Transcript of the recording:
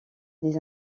des